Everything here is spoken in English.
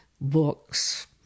books